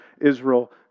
Israel